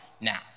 now